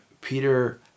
peter